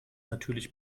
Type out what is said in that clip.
natürlich